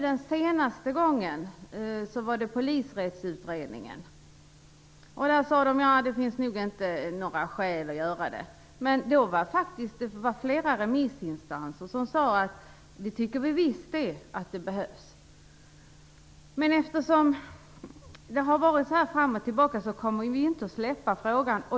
Den senaste gången var det Polisrättsutredningen. Där sade man: Nja, det finns nog inte några skäl för att göra det. Men då sade faktiskt flera remissinstanser att man visst tyckte att det behövdes. Men eftersom det har varit så här fram och tillbaka kommer vi inte att släppa frågan.